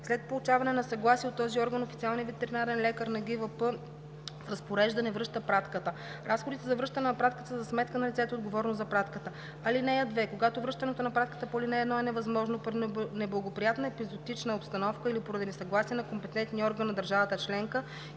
след получаване на съгласие от този орган официалният ветеринарен лекар на ГИВП с разпореждане връща пратката. Разходите за връщането на пратката са за сметка на лицето, отговорно за пратката. (2) Когато връщането на пратката по ал. 1 е невъзможно поради неблагоприятна епизоотична обстановка или поради несъгласие на компетентния орган на държавата членка,